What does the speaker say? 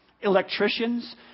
Electricians